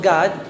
God